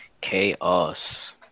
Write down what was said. Chaos